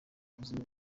ubuzima